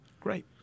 Great